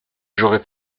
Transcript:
j’aurais